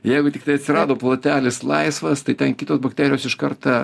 jeigu tiktai atsirado plotelis laisvas tai ten kitos bakterijos iš karto